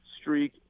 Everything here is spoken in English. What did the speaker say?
streak